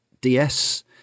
DS